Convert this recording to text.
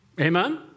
Amen